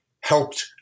helped